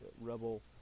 Rebel